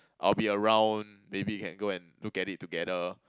I'll be around maybe we can go and look at it together